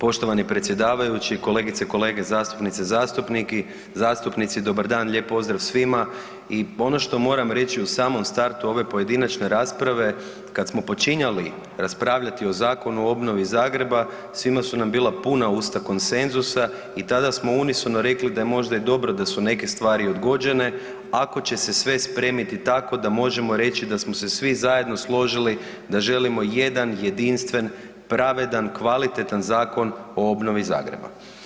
Poštovani predsjedavajući, kolegice i kolege zastupnice i zastupnici, dobar dan, lijep pozdrav svima i ono što moram reći u samom startu ove pojedinačne rasprave, kad smo počinjali raspravljati o Zakonu o obnovi Zagreba svima su nam bila puna usta konsenzusa i tada smo unisono rekli da je možda i dobro da su neke stvari odgođene ako će se sve spremiti tako da možemo reći da smo se svi zajedno složili da želimo jedan jedinstven, pravedan, kvalitetan Zakon o obnovi Zagreba.